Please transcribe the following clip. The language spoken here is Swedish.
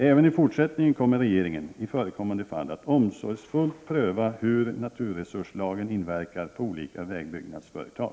Även i fortsättningen kommer regeringen, i förekommande fall, att omsorgsfullt pröva hur naturresurslagen inverkar på olika vägbyggnadsföretag.